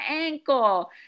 ankle